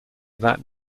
that